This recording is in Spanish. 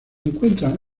encuentran